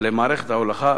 למערכת ההולכה.